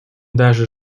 даже